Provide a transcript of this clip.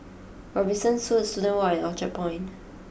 Robinson Suites Student Walk and Orchard Point